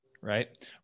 right